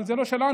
אבל זה לא שלנו,